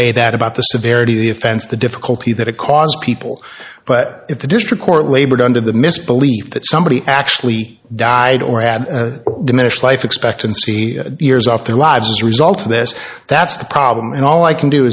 say that about the severity of the offense the difficulty that it caused people but if the district court labored under the misbelief that somebody actually died or had diminished life expectancy years off their lives as a result of this that's the problem and all i can do